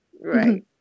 Right